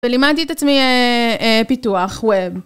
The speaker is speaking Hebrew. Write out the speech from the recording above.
ולימדתי את עצמי פיתוח ווב.